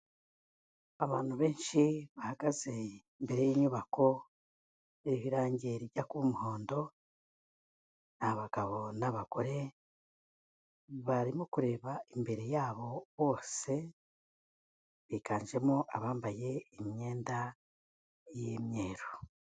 Abantu benshi, bahagaze imbere y'inyubako, iriho irange rijya kuba umuhondo, abagabo n'abagore, barimo kureba imbere yabo bose, biganjemo abambaye imyenda, y'imyeru.